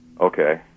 Okay